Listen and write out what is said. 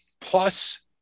plus